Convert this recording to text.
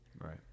right